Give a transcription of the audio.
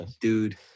dude